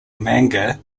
manga